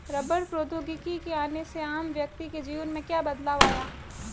रबड़ प्रौद्योगिकी के आने से आम व्यक्ति के जीवन में क्या बदलाव आया?